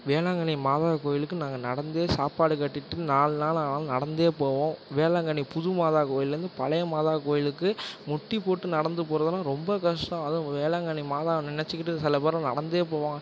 வேளாங்கண்ணி மாதா கோவிலுக்கு நாங்கள் நடந்தே சாப்பாடு கட்டிட்டு நாலு நாள் ஆனாலும் நடந்தே போவோம் வேளாங்கண்ணி புது மாதா கோவில்லேந்து பழைய மாதா கோவிலுக்கு முட்டிப் போட்டு நடந்து போகிறதுலாம் ரொம்ப கஷ்டம் அதுவும் வேளாங்கண்ணி மாதாவை நினச்சிக்கிட்டு சில பேருலாம் நடந்தே போவாங்க